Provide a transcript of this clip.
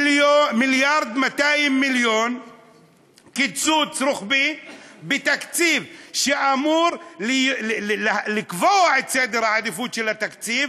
1.2 מיליארד קיצוץ רוחבי בתקציב שאמור לקבוע את סדר העדיפות של התקציב,